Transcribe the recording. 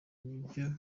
nibyo